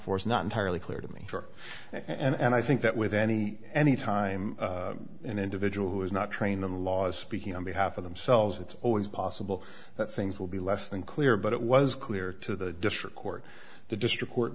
for is not entirely clear to me and i think that with any any time an individual who is not trained the laws speaking on behalf of themselves it's always possible that things will be less than clear but it was clear to the district court the district